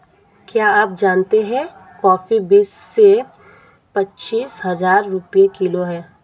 क्या आप जानते है कॉफ़ी बीस से पच्चीस हज़ार रुपए किलो है?